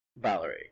Valerie